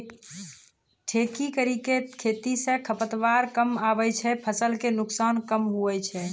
ठेकी करी के खेती से खरपतवार कमआबे छै फसल के नुकसान कम हुवै छै